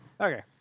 Okay